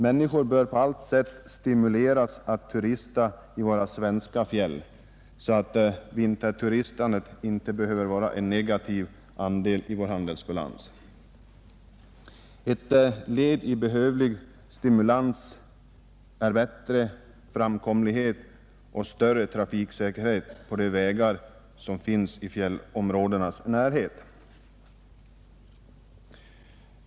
Människor bör på allt sätt stimuleras att turista i våra svenska fjäll, så att vinterturistandet inte behöver vara en negativ andel i vår handelsbalans. Ett led i den behövliga stimulansen är bättre framkomlighet och större trafiksäkerhet på vägarna i fjällområdenas närhet.